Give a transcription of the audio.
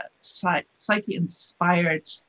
Psyche-inspired